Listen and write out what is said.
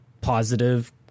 positive